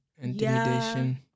intimidation